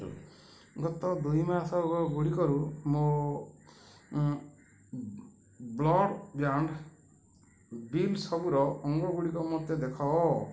ଗତ ଦୁଇ ମାସ ଗୁଡ଼ିକରୁ ମୋ ବ୍ରଡ଼୍ ବ୍ୟାଣ୍ଡ ବିଲ୍ ସବୁର ଅଙ୍କ ଗୁଡ଼ିକ ମୋତେ ଦେଖାଅ